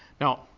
Now